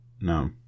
No